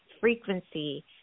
frequency